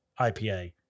IPA